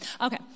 Okay